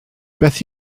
beth